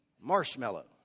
marshmallow